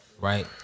right